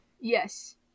Yes